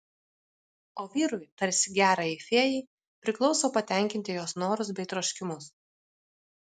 o vyrui tarsi gerajai fėjai priklauso patenkinti jos norus bei troškimus